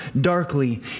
darkly